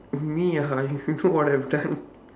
me ah I don't know what I have done